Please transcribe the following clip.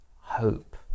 hope